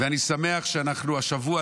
אני שמח שאנחנו השבוע,